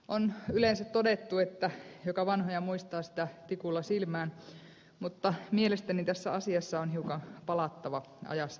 on yleensä todettu että joka vanhoja muistaa sitä tikulla silmään mutta mielestäni tässä asiassa on hiukan palattava ajassa taaksepäin